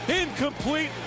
Incomplete